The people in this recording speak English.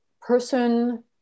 person